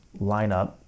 lineup